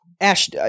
Ash